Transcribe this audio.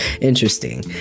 interesting